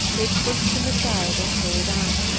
they pushed him aside and hurried on.